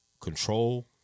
control